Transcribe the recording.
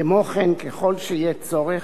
כמו כן, ככל שיהיה צורך,